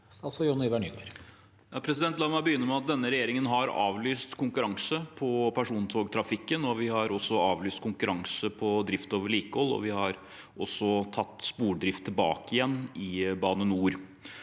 Statsråd Jon-Ivar Nygård La meg be- gynne med at denne regjeringen har avlyst konkurranse på persontogtrafikken. Vi har også avlyst konkurranse på drift og vedlikehold, og vi har tatt Spordrift tilbake igjen i Bane NOR.